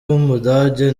w’umudage